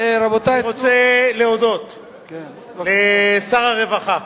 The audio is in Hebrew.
אני רוצה להודות, רבותי, לשר הרווחה,